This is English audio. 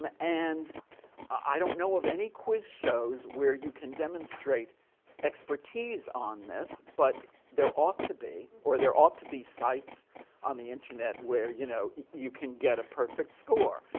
um and i don't know of any quiz shows where you can demonstrate expertise on this, but there ought to be. or there ought to be sites on the internet where you know you can get a perfect score.